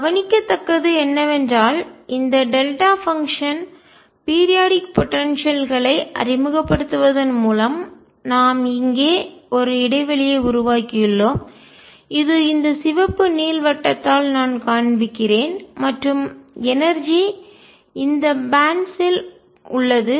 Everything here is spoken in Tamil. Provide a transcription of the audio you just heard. கவனிக்கத்தக்கது என்னவென்றால் இந்த டெல்டா பங்ஷன் அல்லது பீரியாடிக் போடன்சியல்களை குறிப்பிட்ட கால இடைவெளி ஆற்றல் அறிமுகப்படுத்துவதன் மூலம் நாம் இங்கே ஒரு இடைவெளியை உருவாக்கியுள்ளோம் இது இந்த சிவப்பு நீள்வட்டத்தால் நான் காண்பிக்கிறேன் மற்றும் எனர்ஜிஆற்றல் இந்த பேன்ட்ஸ் யில் பட்டைகள் உள்ளது